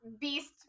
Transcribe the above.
beast